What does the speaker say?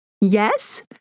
Yes